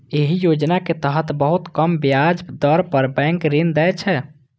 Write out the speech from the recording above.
एहि योजना के तहत बहुत कम ब्याज दर पर बैंक ऋण दै छै